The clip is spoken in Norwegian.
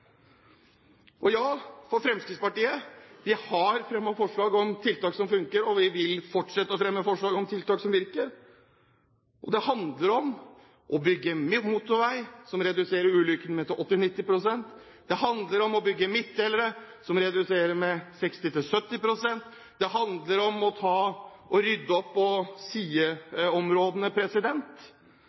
Og ja, Fremskrittspartiet har fremmet forslag om tiltak som funker, og vi vil fortsette å fremme forslag om tiltak som virker. Det handler om å bygge mer motorvei, som reduserer tallet på ulykker med 80–90 pst., det handler om å bygge midtdelere, som reduserer med 60–70 pst., det handler om å rydde opp på sideområdene,